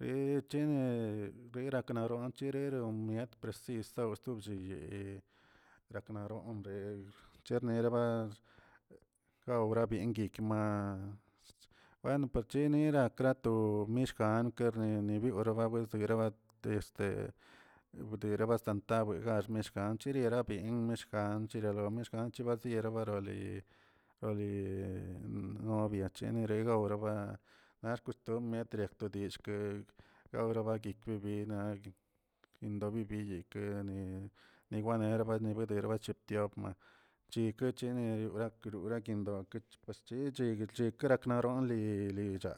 rechene raknaron cheri tomiet presis tobchiꞌ raknaronreꞌ cherneraba gawrabingui kama bueno parchinira nakrato misggan perniene weniwen wisgan bat este bdera bastan tawe armishkan chiri gabi mishkan llialo mishkan chib tiera baroli noviacherili oraba naꞌ xkoxtombr mieti gudishkə gawraba guekwi bi naꞌ yinꞌdo bibiyig wani nebiwaniguerbani cheptiopma chi kuchini krura kendoki chechii yekneraknaron dilicha.